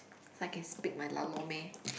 so I can speak my lah lor meh